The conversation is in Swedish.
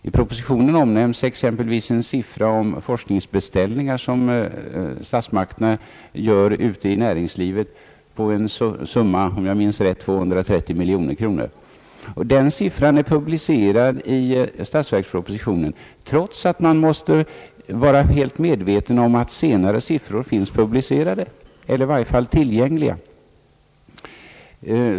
I propositionen omnämns exempelvis en siffra rörande forskningsbeställningar som statsmakterna gör ute i näringslivet på om jag minns rätt 230 miljoner kronor. Den siffran är publicerad i statsverkspropositionen, trots att man måste vara medveten om att senare siffror finns publicerade eller i varje fall tillgängliga.